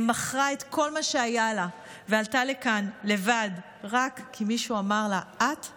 ומכרה את כל מה שהיה לה ועלתה לכאן לבד רק כי מישהו אמר לה: את?